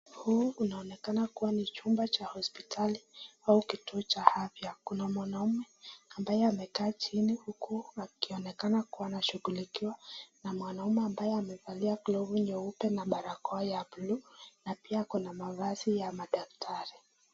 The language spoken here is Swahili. Huu unaonekana kuwa ni chumba cha hospitali au kituo cha afya kuna mwanaume ambaye amekaa chini huku akionekana kuwa anashughulikiwa na mwanaume ambaye amevalia glavu nyeupe na barakoa ya buluu na pia ako na mavazi ya madaktari.